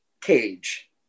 cage